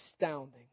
astounding